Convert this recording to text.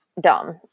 dumb